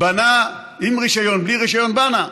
בנה, עם רישיון, בלי רישיון, בנה,